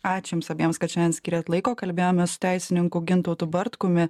ačiū jums abiems kad šiandien skyrėt laiko kalbėjomės su teisininku gintautu bartkumi